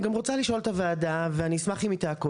אני גם אשמח לשאול את הוועדה ואני גם אשמח אם היא תעקוב,